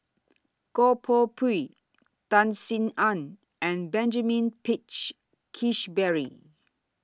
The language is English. Goh Koh Pui Tan Sin Aun and Benjamin Peach Keasberry